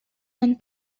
and